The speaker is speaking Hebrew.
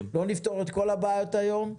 לא נפתור את כל הבעיות היום.